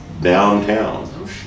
downtown